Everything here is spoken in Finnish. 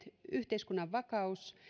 yhteiskunnan vakaus